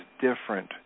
different